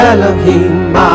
Elohim